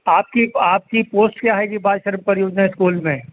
آپ کی آپ کی پوسٹ کیا ہے جی بال شرم پریوجنا اسکول میں